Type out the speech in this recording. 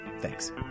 thanks